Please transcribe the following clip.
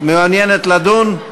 מעוניינת לדון?